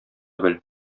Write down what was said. бел